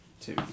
Two